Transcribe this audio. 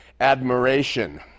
admiration